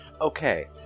Okay